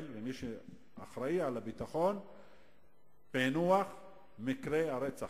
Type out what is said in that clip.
ולמי שאחראי על הביטחון היא פענוח מקרי הרצח,